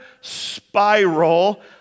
spiral